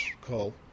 call